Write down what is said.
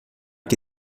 que